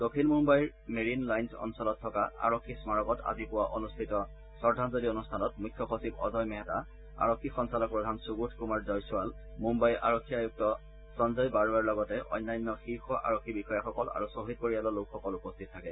দক্ষিণ মুল্লইৰ Marine Lines অঞ্চলত থকা আৰক্ষী স্মাৰকত আজি পুৱা অনুষ্ঠিত শ্ৰদ্ধাঞ্জলি অনুষ্ঠানত মুখ্য সচিব অজয় মেহতা আৰক্ষী সঞ্চালকপ্ৰধান সুবোধ কুমাৰ জয়চোৱাল মুম্বাইৰ আৰক্ষী আয়ুক্ত সঞ্জয় বাৰৱেৰ লগতে অন্যান্য শীৰ্ষ আৰক্ষী বিষয়াসকল আৰু খ্বহীদ পৰিয়ালৰ লোকসকল উপস্থিত থাকে